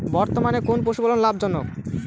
বর্তমানে কোন পশুপালন লাভজনক?